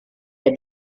der